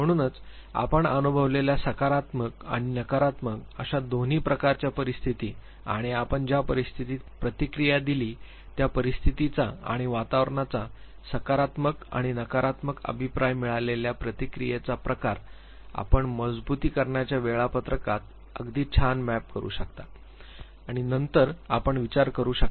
म्हणूनच आपण अनुभवलेल्या सकारात्मक आणि नकारात्मक अशा दोन्ही प्रकारच्या परिस्थिती आणि आपण ज्या परिस्थितीत प्रतिक्रिया दिली त्या परिस्थितीचा आणि वातावरणाचा सकारात्मक आणि नकारात्मक अभिप्राय मिळालेल्या प्रतिक्रियेचा प्रकार आपण मजबुतीकरणाच्या वेळापत्रकात अगदी छान मॅप करू शकता आणि नंतर आपण विचार करू शकता